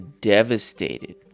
devastated